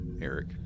Eric